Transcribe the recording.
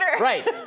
Right